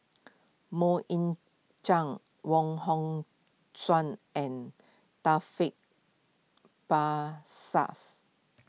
Mok Ying Jang Wong Hong Suen and Taufik Basahs